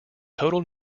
total